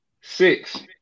Six